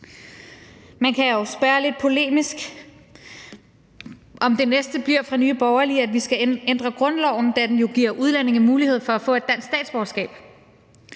Man kan jo spørge lidt polemisk, om det næste fra Nye Borgerlige bliver, at vi skal ændre grundloven, da den jo giver udlændinge mulighed for at få et dansk statsborgerskab,